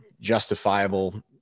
justifiable